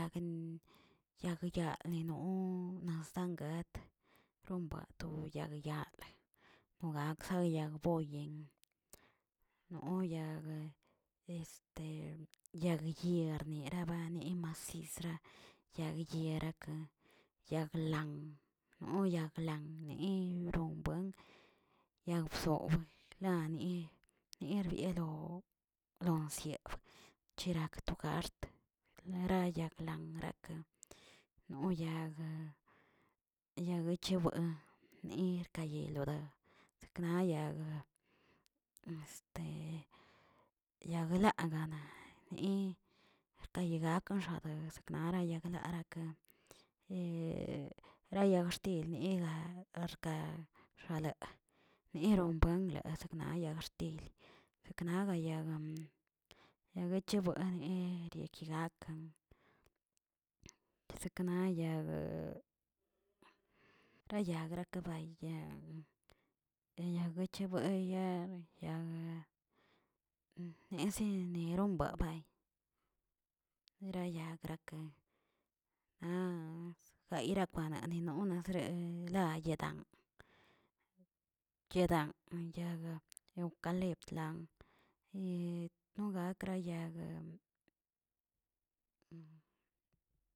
Yag yaa nino nosangat rombato yag yale, no gakzag yag boye, no yag este yag yernirabanemasra, yag yeraka, yag lan no yag lan nirombuen, yag bzowe lani nirbielo lo nisyaab, cherak to gaxt lara yag lan raka no yagə yag yechewa nerkayeloda sekna yag yagnaꞌ ganaꞌ ni xkayagakə ade saknara yaglaꞌ ra yag xtil niga axka ralaə, miron bueno asaknalayatil seknaga yagan yaguecho buane ekigakan, sekena yag kayagra kabaya keyagguechebueya yag neze mbabay, yigrayake na gayrakwanianane unasre ayedan kedan yewkalebtlan, yi nogakra yag.